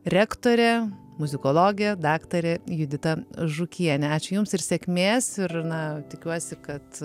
rektorė muzikologė daktarė judita žukienė ačiū jums ir sėkmės ir na tikiuosi kad